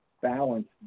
balance